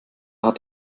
hat